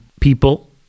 people